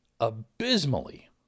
abysmally